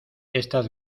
estas